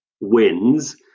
wins